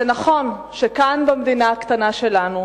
זה נכון שכאן, במדינה הקטנה שלנו,